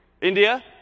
India